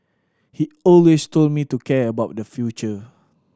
he always told me to care about the future